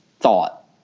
thought